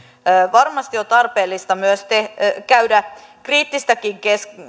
varmasti on tarpeellista myös käydä kriittistäkin